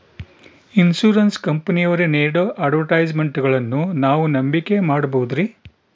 Insurance ಕಂಪನಿಯವರು ನೇಡೋ ಅಡ್ವರ್ಟೈಸ್ಮೆಂಟ್ಗಳನ್ನು ನಾವು ನಂಬಿಕೆ ಮಾಡಬಹುದ್ರಿ?